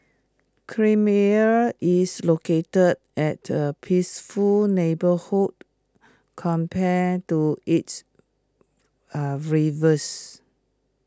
creamier is located at A peaceful neighbourhood compared to its A rivals